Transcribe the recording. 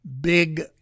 big